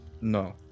No